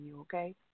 okay